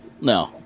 No